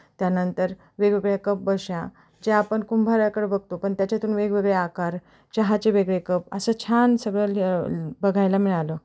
त्यानंतर वेगवेगळ्या कपबश्या ज्या आपण कुंभाराकडे बघतो पण त्याच्यातून वेगवेगळे आकार चहाचे वेगळे कप असं छान सगळं बघायला मिळालं